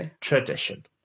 Tradition